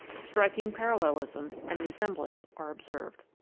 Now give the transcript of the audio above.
striking parallelism and resemblance are observed.